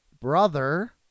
brother